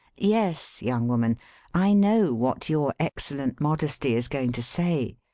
yes, young woman i know what your ex cellent modesty is going to say.